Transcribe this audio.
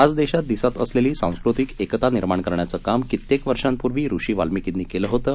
आज देशात दिसत असलेली सांस्कृतिक एकता निर्माण करण्याचं काम कित्येक वर्षापूर्वी ऋषी वाल्मिकींनी केलं होतं